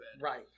Right